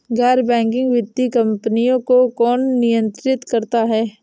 गैर बैंकिंग वित्तीय कंपनियों को कौन नियंत्रित करता है?